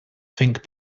think